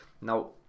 Now